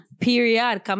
Period